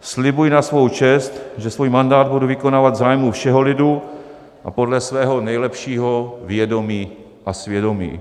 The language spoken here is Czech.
Slibuji na svou čest, že svůj mandát budu vykonávat v zájmu všeho lidu a podle svého nejlepšího vědomí a svědomí.